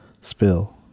Spill